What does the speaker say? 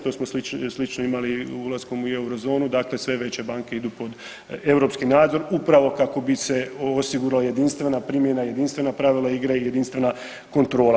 To smo slično imali ulaskom u eurozonu, dakle sve veće banke idu pod europski nadzor upravo kako bi osigurali jedinstvena primjena, jedinstvena pravila igre i jedinstvena kontrola.